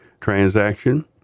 transaction